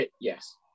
Yes